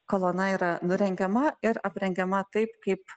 kolona yra nurengiama ir aprengiama taip kaip